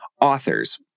authors